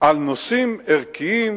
על נושאים ערכיים.